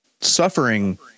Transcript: Suffering